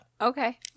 Okay